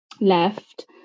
left